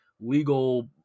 legal